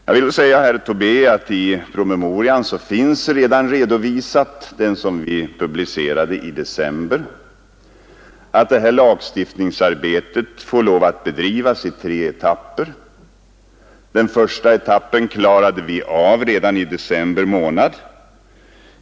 Jag vill då säga herr Tobé att i den promemoria som vi publicerade i december finns redan redovisat att detta lagstiftningsarbete får lov att bedrivas i tre etapper. Den första etappen klarade vi av redan i december månad.